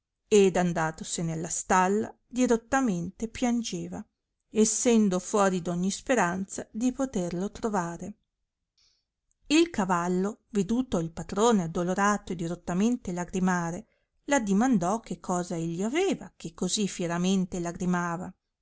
ed andatosene alla stalla dirottamente piangeva essendo fuori d ogni speranza di poterlo trovare il cavallo veduto il patrone addolorato e dirottamente lagrimare l addimandò che cosa egli aveva che così fieramente lagrimava